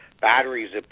batteries